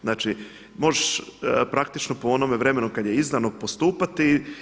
Znači možeš praktično po onome vremenu kada je izdano postupati.